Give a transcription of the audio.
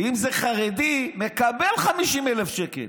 ואם זה חרדי, מקבל 50,000 שקל,